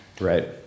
Right